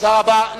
תודה רבה.